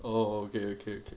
okay okay okay